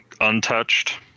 untouched